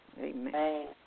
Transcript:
Amen